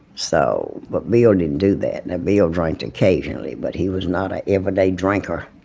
so but bill didn't do that. now, bill drank occasionally, but he was not an everyday drinker.